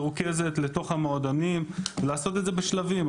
מרוכזת לתוך המועדונים, ולעשות את זה בשלבים.